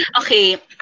okay